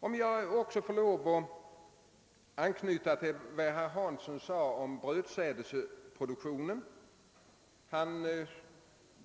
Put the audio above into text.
Får jag också lov att anknyta till vad herr Hansson sade om brödsädesproduktionen. Han